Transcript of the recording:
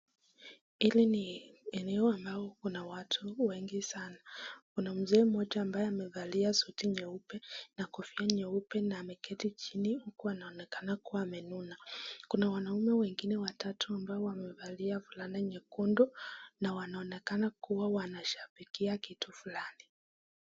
Hili ni eneo ambao kuna watu wengi sana. Kuna mzee mmoja ambaye amevalia suti nyeupe na kofia nyeupe na ameketi chini huku anaonekana kuwa amenuna. Kuna wanaume wengine watatu ambao wamevalia fulana nyekundu na wanaonekana kuwa wanashabikia kitu fulani.